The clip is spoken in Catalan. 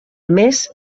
més